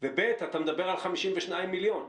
וב', אתה מדבר על 52 מיליון.